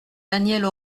danielle